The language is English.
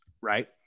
right